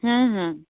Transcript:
ହଁ ହଁ